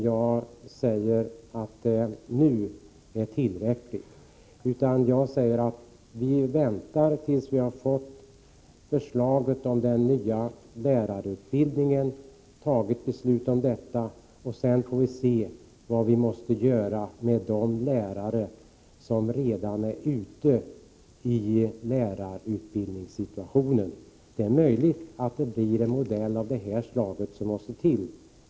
Jag säger inte att det är tillräckligt, utan vi får vänta tills vi har fått förslaget om den nya lärarutbildningen och fattat beslut om densamma. Sedan får vi se vad vi måste göra med de lärare som redan befinner sig i en utbildningssituation. Det är möjligt att det blir fråga om en modell av det här slaget som måste till.